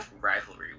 Rivalry